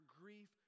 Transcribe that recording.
grief